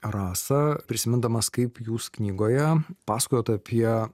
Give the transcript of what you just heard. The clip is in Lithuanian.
rasą prisimindamas kaip jūs knygoje pasakojot apie